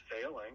failing